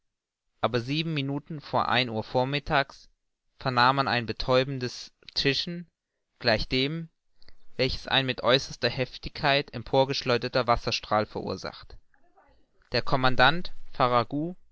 aber sieben minuten vor ein uhr vormittags vernahm man ein betäubendes zischen gleich dem welches ein mit äußerster heftigkeit emporgeschleuderter wasserstrahl verursacht der commandant